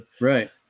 right